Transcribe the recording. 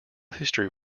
history